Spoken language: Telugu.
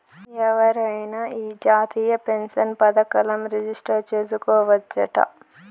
ఎవరైనా ఈ జాతీయ పెన్సన్ పదకంల రిజిస్టర్ చేసుకోవచ్చట